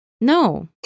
No